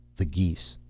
the geese.